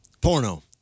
Porno